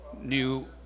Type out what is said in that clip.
New